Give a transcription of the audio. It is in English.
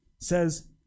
says